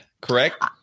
correct